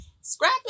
Scrap